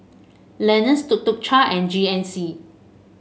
Lenas Tuk Tuk Cha and G N C